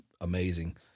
amazing